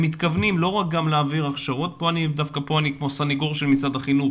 מתכוונים לא רק להעביר הכשרות למורים ופה אני סניגור של משרד החינוך